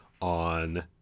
on